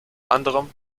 anderem